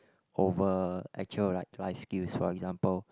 over actual like life skills for example